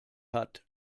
hat